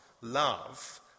love